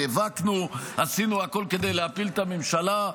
נאבקנו, עשינו הכול כדי להפיל את הממשלה.